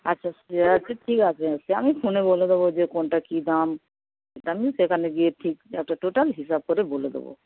আচ্ছা সে আছে ঠিক আছে সে আমি ফোনে বলে দেবো যে কোনটা কী দাম সেটা আমি সেখানে গিয়ে ঠিক একটা টোটাল হিসাব করে বলে দেবো